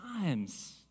times